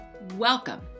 Welcome